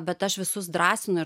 bet aš visus drąsinu ir